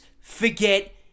forget